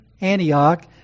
Antioch